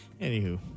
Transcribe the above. Anywho